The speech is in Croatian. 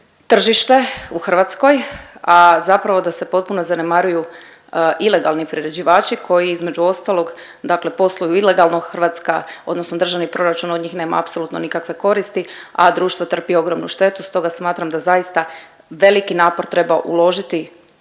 tržište u Hrvatskoj, a zapravo da se potpuno zanemaruju ilegalni priređivači koji između ostalog dakle posluju ilegalno, Hrvatska odnosno državni proračun od njih nema apsolutno nikakve koristi, a društvo trpi ogromnu štetu, stoga smatram da zaista veliki napor treba uložiti